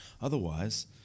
otherwise